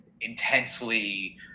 intensely